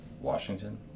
Washington